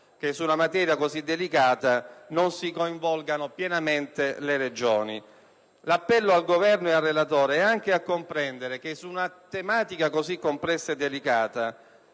che su una materia così delicata non si coinvolgano pienamente le Regioni. L'appello al Governo e al relatore è diretto anche a far comprendere che, su una tematica così complessa e delicata,